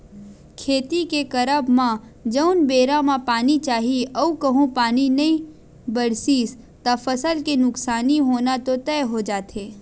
खेती के करब म जउन बेरा म पानी चाही अऊ कहूँ पानी नई बरसिस त फसल के नुकसानी होना तो तय हो जाथे